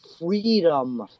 freedom